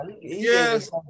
Yes